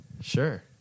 Sure